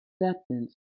acceptance